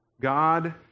God